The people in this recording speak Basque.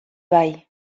bai